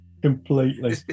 Completely